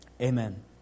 Amen